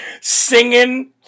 Singing